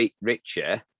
richer